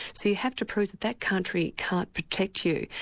so you have to prove that that country can't protect you.